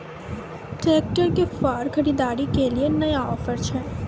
Tractor के फार खरीदारी के लिए नया ऑफर छ?